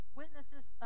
witnesses